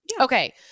Okay